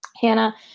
Hannah